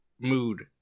mood